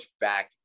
back